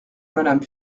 madame